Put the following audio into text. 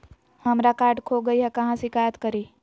हमरा कार्ड खो गई है, कहाँ शिकायत करी?